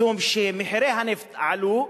משום שמחירי הנפט עלו,